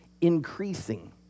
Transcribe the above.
increasing